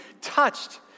touched